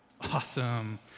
Awesome